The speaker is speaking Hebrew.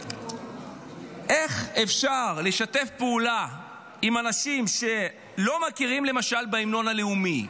איך אפשר לשתף פעולה עם אנשים שלא מכירים בהמנון הלאומי,